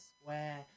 square